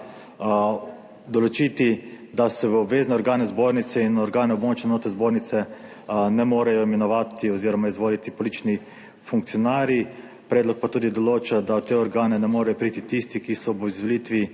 določiti, da se v obvezne organe zbornice in organe območne enote zbornice ne morejo imenovati oziroma izvoliti politični funkcionarji. Predlog pa tudi določa, da v te organe ne morejo priti tisti, ki so bili ob izvolitvi